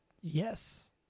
Yes